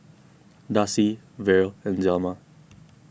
Darcie Verle and Zelma